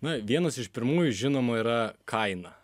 na vienas iš pirmųjų žinoma yra kaina